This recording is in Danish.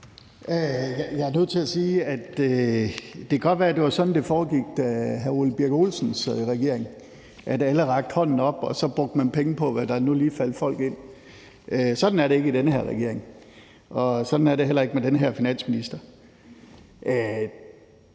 er nødt til at sige, at det godt kan være, at det var sådan, det foregik, da hr. Ole Birk Olesen sad i regering, altså at alle rakte hånden op, og at man så brugte penge på, hvad der nu lige faldt folk ind. Sådan er det ikke i den her regering, og sådan er det heller ikke med den her finansminister.